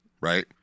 right